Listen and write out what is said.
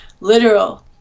literal